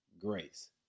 grace